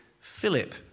Philip